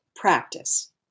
Practice